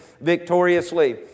victoriously